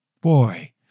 Boy